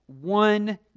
one